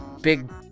big